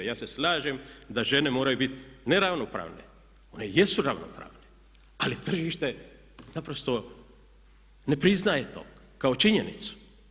Ja se slažem da žene moraju biti ne ravnopravne, one jesu ravnopravne, ali tržište naprosto ne priznaje to kao činjenicu.